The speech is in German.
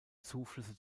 zuflüsse